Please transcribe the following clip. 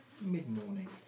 mid-morning